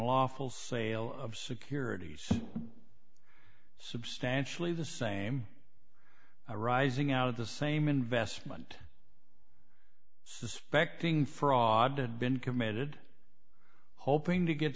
awful sale of securities substantially the same arising out of the same investment suspecting fraud had been committed hoping to get